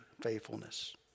faithfulness